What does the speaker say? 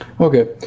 Okay